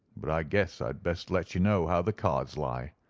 but i guess i'd best let you know how the cards lie.